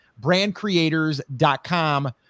brandcreators.com